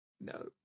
No